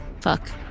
fuck